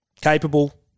Capable